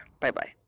Bye-bye